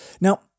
Now